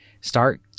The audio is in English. start